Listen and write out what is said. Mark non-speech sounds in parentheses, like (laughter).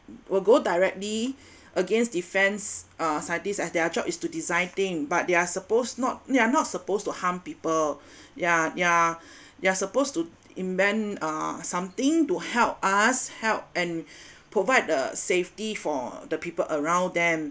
will go directly (breath) against defence uh scientists as their job is to design thing but they're supposed not they're not supposed to harm people (breath) yeah yeah (breath) they're supposed to invent uh something to help us help and (breath) provide the safety for the people around them